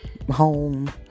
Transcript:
home